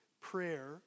prayer